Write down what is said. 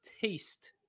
taste